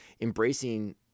embracing